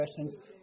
questions